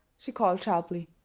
she called sharply.